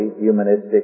humanistic